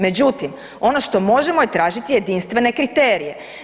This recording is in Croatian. Međutim, ono što možemo je tražiti jedinstvene kriterije.